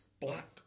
black